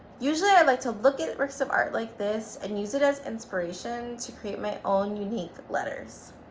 usually i like to look at works of art like this and use it as inspiration to create my own unique letters,